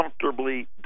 comfortably